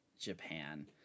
Japan